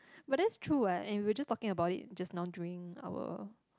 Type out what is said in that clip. but that's true [what] and we were just talking about it just now during our